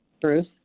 Bruce